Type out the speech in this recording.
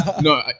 No